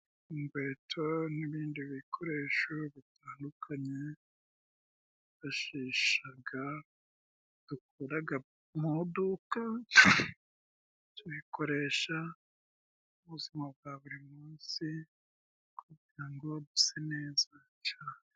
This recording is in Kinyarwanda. Inkweto n'ibindi bikoresho bitandukanye bifashishaga dukuraga mu iduka, tubikoresha mu buzima bwa buri munsi kugira ngo dusa neza cane.